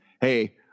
Hey